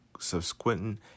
subsequent